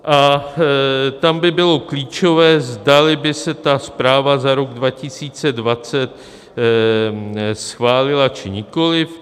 A tam by bylo klíčové, zdali by se ta zpráva za rok 2020 schválila, či nikoliv.